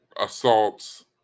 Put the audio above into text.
assaults